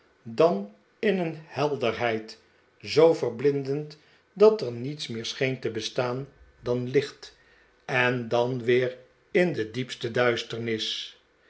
dan in een helderheid zoo verblindend dat er niets meer scheen te bestaan dan licht en dan weer in de diepste duisternis